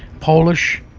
polish.